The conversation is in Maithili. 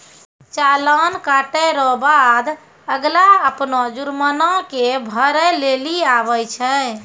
चालान कटे रो बाद अगला अपनो जुर्माना के भरै लेली आवै छै